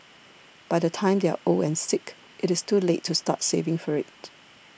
by the time they are old and sick it is too late to start saving for it